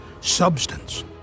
substance